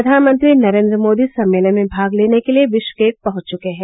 प्रधानमंत्री नरेन्द्र मोदी सम्मेलन में भाग लेने के लिए बिश्केक पहंच चुके हैं